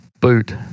boot